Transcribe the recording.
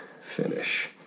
finish